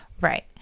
Right